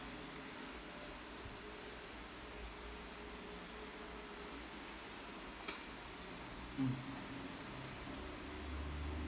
mm